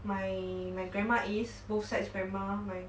my my grandma is both sides grandma my